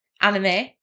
anime